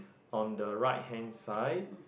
on the right hand side